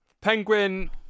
Penguin